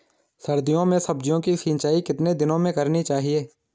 सर्दियों में सब्जियों की सिंचाई कितने दिनों में करनी चाहिए?